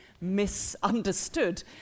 misunderstood